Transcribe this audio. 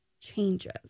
changes